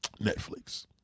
Netflix